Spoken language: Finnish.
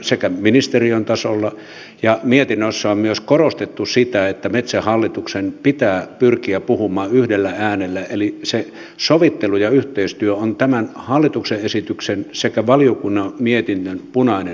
sekä ministeriön tasolla ja mietinnössä on myös korostettu sitä että metsähallituksen pitää pyrkiä puhumaan yhdellä äänellä eli se sovittelu ja yhteistyö on tämän hallituksen esityksen sekä valiokunnan mietinnön punainen lanka